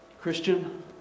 Christian